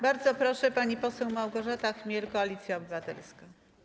Bardzo proszę, pani poseł Małgorzata Chmiel, Koalicja Obywatelska.